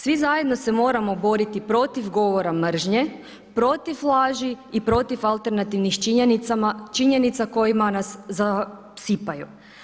Svi zajedno se moramo boriti protiv govora mržnje, protiv laži i protiv alternativnih činjenica kojima nas zasipaju.